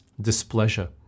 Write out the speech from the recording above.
displeasure